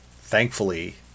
thankfully